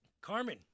Carmen